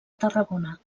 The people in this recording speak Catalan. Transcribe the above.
tarragona